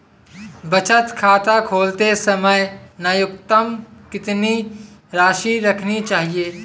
बचत खाता खोलते समय न्यूनतम कितनी राशि रखनी चाहिए?